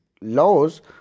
laws